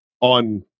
on